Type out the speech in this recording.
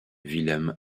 willem